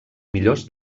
millors